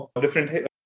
different